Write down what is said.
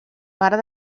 part